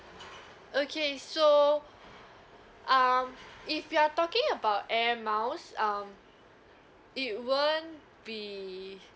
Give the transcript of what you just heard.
okay so um if you are talking about air miles um it won't be